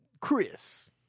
Chris